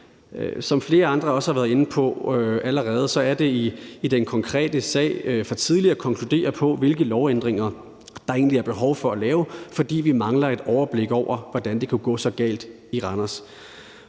allerede har været inde på, så er det i den konkrete sag for tidligt at konkludere på, hvilke lovændringer der egentlig er behov for at lave, fordi vi mangler et overblik over, hvordan det kunne gå så galt i Randers.